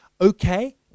Okay